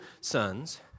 sons